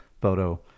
photo